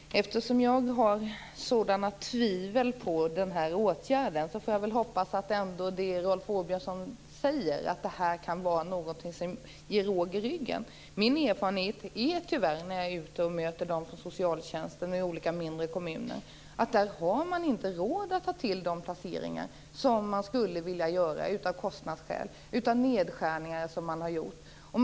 Fru talman! Eftersom jag hyser sådana tvivel på den här åtgärden får jag väl hoppas att det är som är Rolf Åbjörnsson säger, att det här kan ge råg i ryggen. Min erfarenhet från möten med socialtjänsten i olika mindre kommuner är tyvärr att man, på grund av nedskärningar som har gjorts, inte har råd att ta till de placeringar man skulle vilja.